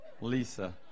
Lisa